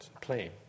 plane